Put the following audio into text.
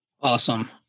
Awesome